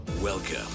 Welcome